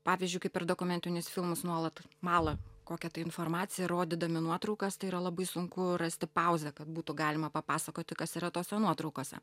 pavyzdžiui kaip ir dokumentinius filmus nuolat mala kokią tai informaciją rodydami nuotraukas tai yra labai sunku rasti pauzę kad būtų galima papasakoti kas yra tose nuotraukose